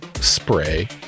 spray